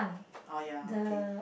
oh ya okay